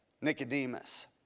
Nicodemus